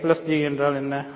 I J என்றால் என்ன